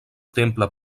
temple